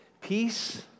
peace